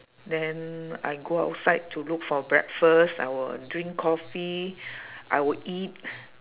then I go outside to look for breakfast I will drink coffee I will eat